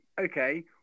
okay